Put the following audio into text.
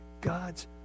God's